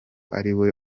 ariwe